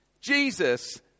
Jesus